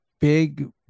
big